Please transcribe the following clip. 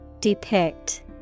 Depict